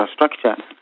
infrastructure